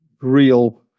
Real